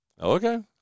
okay